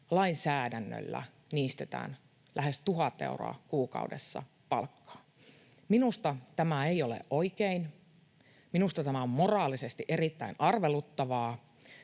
lainsäädännöllä niistetään lähes 1 000 euroa kuukaudessa palkkaa. Minusta tämä ei ole oikein. Minusta tämä on moraalisesti erittäin arveluttavaa,